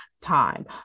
Time